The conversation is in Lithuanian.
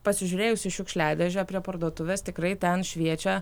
pasižiūrėjus į šiukšliadėžę prie parduotuvės tikrai ten šviečia